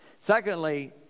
Secondly